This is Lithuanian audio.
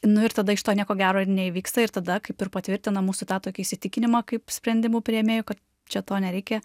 nu ir tada iš to nieko gero ir neįvyksta ir tada kaip ir patvirtina mūsų tą tokį įsitikinimą kaip sprendimų priėmėjų ka čia to nereikia